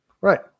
right